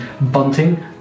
bunting